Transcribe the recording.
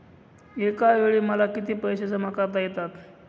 एकावेळी मला किती पैसे जमा करता येतात?